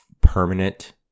permanent